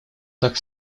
так